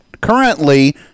currently